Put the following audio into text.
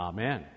Amen